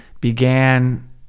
began